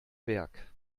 werk